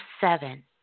seven